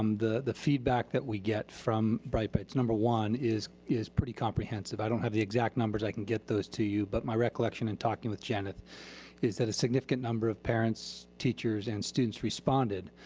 um the the feedback that we get from bright bites, number one, is is pretty comprehensive. i don't have the exact numbers. i can get those to you. but my recollection in talking with janneth is that a significant number of parents, teachers and students responded.